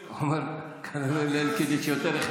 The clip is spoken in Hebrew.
כנראה לאלקין יש יותר,